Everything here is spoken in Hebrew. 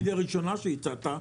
לגבי הסובסידיה הראשונה שהצעת,